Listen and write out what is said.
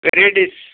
varieties